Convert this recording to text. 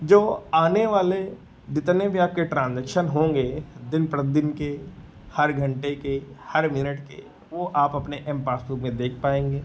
जो आने वाले जितने भी आपके ट्रान्जैक्शन होंगे दिन प्रतिदिन के हर घन्टे के हर मिनट के वह आप अपने एम पासबुक में देख पाएँगे